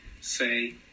say